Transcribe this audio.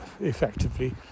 effectively